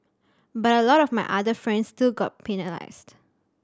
but a lot of my other friends still got penalised